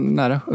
nära